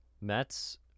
Mets